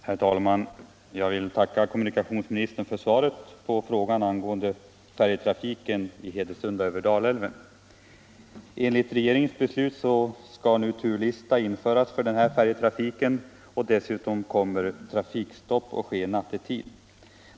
Herr talman! Jag vill tacka kommunikationsministern för svaret på frågan angående färjtrafiken i Hedesunda över Dalälven. och dessutom kommer trafikstopp att råda nattetid.